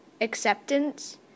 acceptance